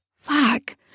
Fuck